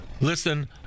listen